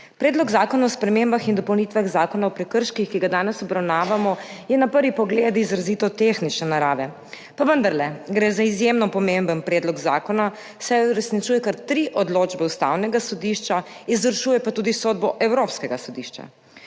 Predlog zakona o spremembah in dopolnitvah Zakona o prekrških, ki ga danes obravnavamo, je na prvi pogled izrazito tehnične narave, pa vendarle gre za izjemno pomemben predlog zakona, saj uresničuje kar tri odločbe Ustavnega sodišča, izvršuje pa tudi sodbo Evropskega sodišča